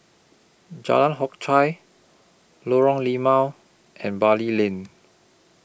Jalan Hock Chye Lorong Limau and Bali Lane